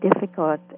difficult